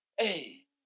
Hey